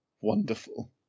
wonderful